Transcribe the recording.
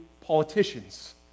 politicians